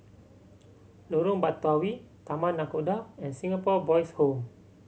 Lorong Batawi Taman Nakhoda and Singapore Boys' Home